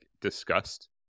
discussed